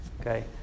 Okay